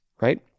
right